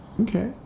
Okay